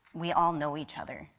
we all know each other.